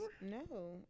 no